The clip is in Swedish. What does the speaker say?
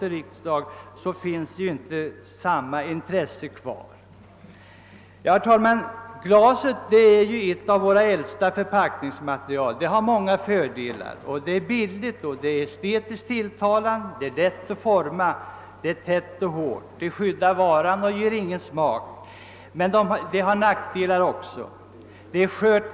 och riksdag fanns inte samma intresse kvar. Glaset är ett av våra äldsta förpackningsmaterial. Det har många fördelar — det är billigt, estetiskt tilltalande, lätt att forma, tätt och hårt. Det skyddar varan och ger ingen smak. Men det har nackdelar också, bl.a. är det skört.